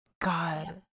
God